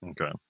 Okay